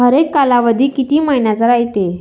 हरेक कालावधी किती मइन्याचा रायते?